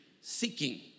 seeking